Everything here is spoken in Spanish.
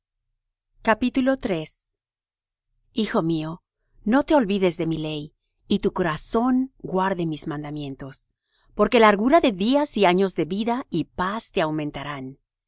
ella desarraigados hijo mío no te olvides de mi ley y tu corazón guarde mis mandamientos porque largura de días y años de vida y paz te aumentarán